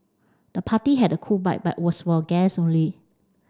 the party had a cool vibe but was for guests only